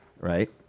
Right